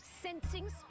sensing